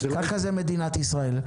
כך זה מדינת ישראל.